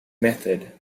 method